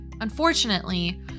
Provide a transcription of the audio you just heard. Unfortunately